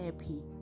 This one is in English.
happy